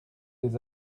des